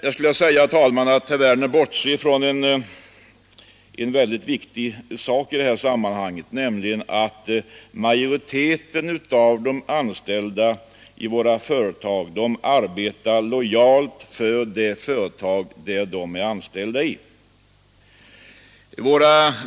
Jag vill säga, herr talman, att herr Werner bortser från en väldigt viktig sak i sammanhanget, nämligen att majoriteten av de anställda i våra företag arbetar lojalt för de företag där de är anställda.